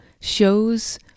shows